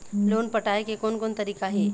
Loan पटाए के कोन कोन तरीका हे?